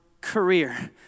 career